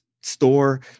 store